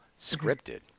scripted